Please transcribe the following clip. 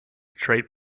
trade